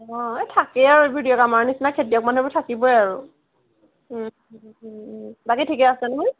অঁ এই থাকেই আৰু এইবোৰ দিয়ক আমাৰ নিচিনা খেতিয়ক মানুহবোৰৰ থাকিবই আৰু বাকী ঠিকে আছে নহয়